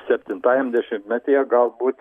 septintajam dešimtmetyje galbūt